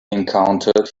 encountered